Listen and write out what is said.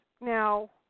now